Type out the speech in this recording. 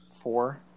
four